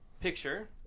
picture